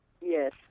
Yes